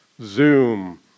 Zoom